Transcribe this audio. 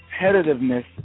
competitiveness